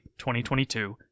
2022